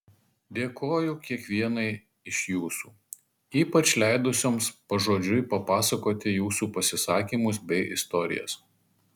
dėkoju kiekvienai iš jūsų ypač leidusioms pažodžiui papasakoti jūsų pasisakymus bei istorijas